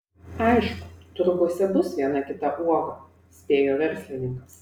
aišku turguose bus viena kita uoga spėjo verslininkas